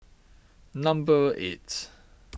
number eight